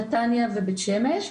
נתניה ובית שמש.